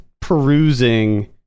perusing